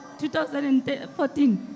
2014